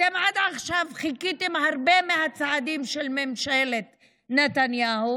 אתם עד עכשיו חיקיתם הרבה מהצעדים של ממשלת נתניהו.